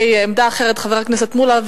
חבר הכנסת מולה,